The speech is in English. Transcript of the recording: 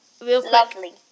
Lovely